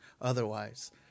otherwise